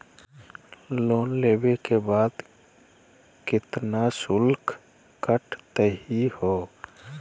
Loan लेवे के बाद केतना शुल्क कटतही हो?